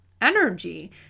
energy